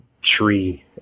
tree